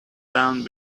down